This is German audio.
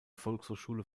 volkshochschule